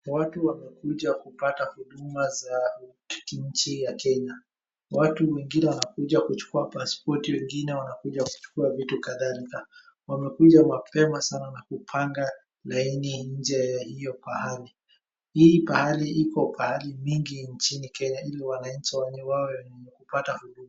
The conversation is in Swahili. watu wamekuja kupata huduma za nchi ya Kenya. Watu wengine wanakuja kuchukua paspoti wengine wanakuja kuchukua vitu kadhalika. Wamekuja mapema sana kupanga laini nje ya hiyo pahali. Hii pahali iko pahali mingi inchini Kenya ili wananchi wake wawe wakipata huduma.